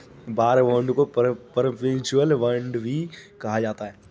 war bond को perpetual bond भी कहा जाता है